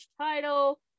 title